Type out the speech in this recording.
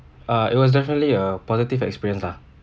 uh it was definitely a positive experience lah